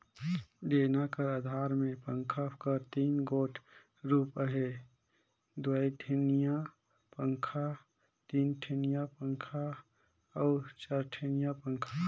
डेना कर अधार मे पंखा कर तीन गोट रूप अहे दुईडेनिया पखा, तीनडेनिया पखा अउ चरडेनिया पखा